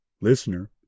Listener